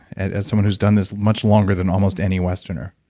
as someone who's done this much longer than almost any westerner?